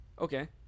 okay